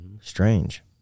Strange